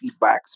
feedbacks